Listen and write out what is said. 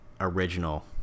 original